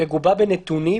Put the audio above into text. מגובה בנתונים